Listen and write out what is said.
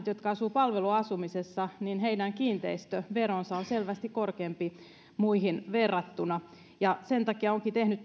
jotka asuvat palveluasunnossa kiinteistövero on selvästi korkeampi muihin verrattuna sen takia olenkin tehnyt